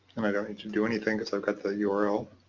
and i don't need to do anything because i've got the yeah url.